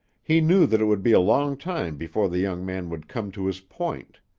he knew that it would be a long time before the young man would come to his point.